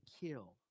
kill